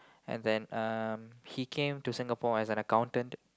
and then um he came to Singapore as an accountant